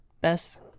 Best